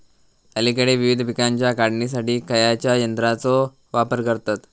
अलीकडे विविध पीकांच्या काढणीसाठी खयाच्या यंत्राचो वापर करतत?